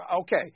okay